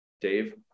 Dave